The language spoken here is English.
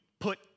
Put